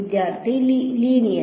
വിദ്യാർത്ഥി ലീനിയർ